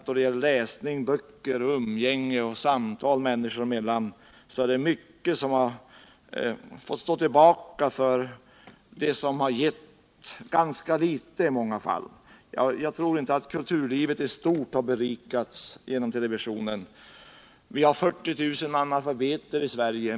Då det gäller läsning av böcker, umgänge och samtal människor emellan, är det mycket som fått stå tillbaka för sådant som i många fall har gett ganska litet. Jag tror inte att kulturlivet i stort har berikats genom televisionen. Det finns 40 000 analfabeter i Sverige.